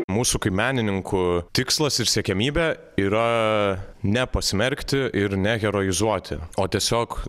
mūsų kaip menininkų tikslas ir siekiamybė yra ne pasmerkti ir ne heroizuoti o tiesiog